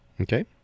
Okay